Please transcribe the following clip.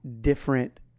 different